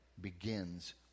begins